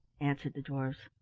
answered the dwarfs.